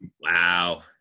Wow